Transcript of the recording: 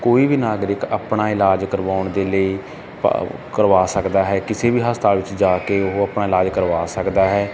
ਕੋਈ ਵੀ ਨਾਗਰਿਕ ਆਪਣਾ ਇਲਾਜ ਕਰਵਾਉਣ ਦੇ ਲਈ ਕਰਵਾ ਸਕਦਾ ਹੈ ਕਿਸੇ ਵੀ ਹਸਪਤਾਲ ਵਿੱਚ ਜਾ ਕੇ ਉਹ ਆਪਣਾ ਇਲਾਜ ਕਰਵਾ ਸਕਦਾ ਹੈ